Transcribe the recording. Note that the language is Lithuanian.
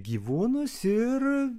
gyvūnus ir